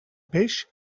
peix